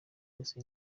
yose